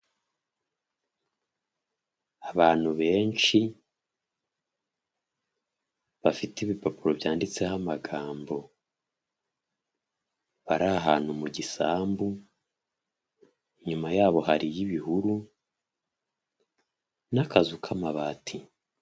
Abantu benshi bafite ibipapuro byanditseho amagambo bari ahantu mu gisambu inyuma yabo hariyo ibihuru n'akazu k'amabati.